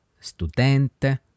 studente